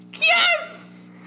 Yes